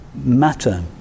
Matter